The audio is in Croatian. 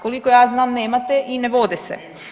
Koliko ja znam nemate i ne vode se.